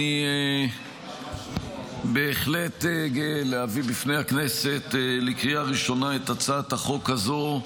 אני בהחלט גאה להביא בפני הכנסת לקריאה ראשונה את הצעת החוק הזו.